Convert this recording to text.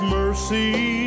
mercy